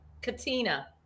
Katina